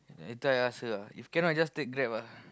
later I ask her ah if cannot just take Grab ah